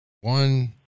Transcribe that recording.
One